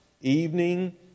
Evening